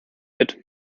fit